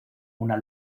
una